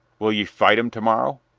will ye fight him to-morrow?